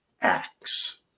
acts